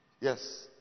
Yes